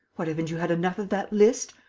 what, haven't you had enough of that list?